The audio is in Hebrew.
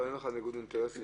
אין לך ניגוד אינטרסים.